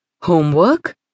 Homework